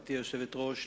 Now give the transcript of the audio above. גברתי היושבת-ראש,